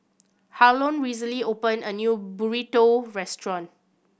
Harlon recently opened a new Burrito restaurant